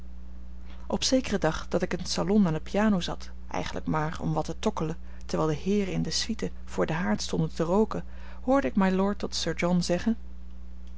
op zekeren dag dat ik in t salon aan de piano zat eigenlijk maar om wat te tokkelen terwijl de heeren in de suite voor den haard stonden te rooken hoorde ik mylord tot sir john zeggen